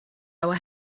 our